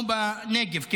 כמו למשל בנגב.